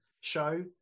show